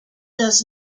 does